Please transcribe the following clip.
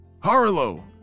Harlow